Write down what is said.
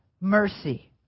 mercy